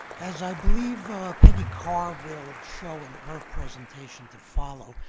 as i believe peggy carr will show in her presentation to follow,